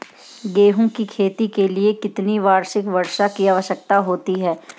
गेहूँ की खेती के लिए कितनी वार्षिक वर्षा की आवश्यकता होती है?